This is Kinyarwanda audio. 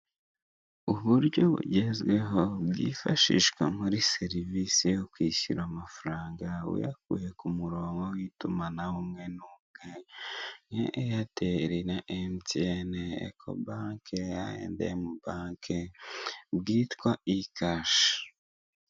Uburyo bugezweho bwifashisha muri serivisi yo kwishyura amafaranga, uyakuye kumurongo w'itumanaho umwe n'umwe eyateli na emutiyene, ekobanke, ayi endi emu banke bwitwa ikashi.